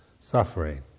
suffering